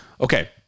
Okay